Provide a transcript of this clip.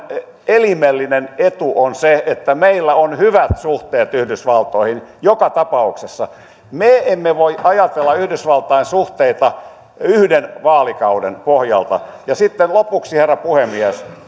elimellinen etu on se että meillä on hyvät suhteet yhdysvaltoihin joka tapauksessa me emme voi ajatella yhdysvaltain suhteita yhden vaalikauden pohjalta ja sitten lopuksi herra puhemies